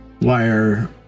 Wire